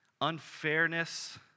unfairness